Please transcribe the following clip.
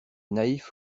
naïfs